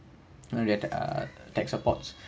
you know their ah tech support